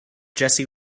jesse